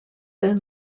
then